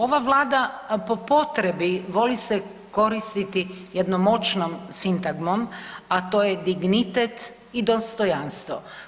Ova Vlada po potrebi voli se koristiti jednom moćnom sintagmom a to je dignitet i dostojanstvo.